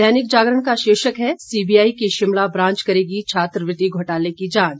दैनिक जागरण का शीर्षक है सीबीआई की शिमला ब्रांच करेगी छात्रवृत्ति घोटाले की जांच